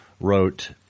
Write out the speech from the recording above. wrote